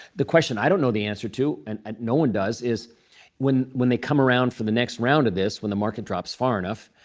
the question i don't know the answer to, and no one does, is when when they come around for the next round of this, when the market drops far enough,